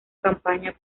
campaña